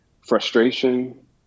frustration